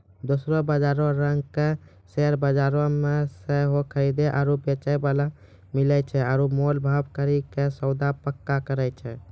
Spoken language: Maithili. दोसरो बजारो रंगका शेयर बजार मे सेहो खरीदे आरु बेचै बाला मिलै छै आरु मोल भाव करि के सौदा पक्का करै छै